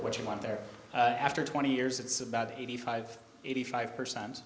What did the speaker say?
what you want there after twenty years it's about eighty five eighty five percent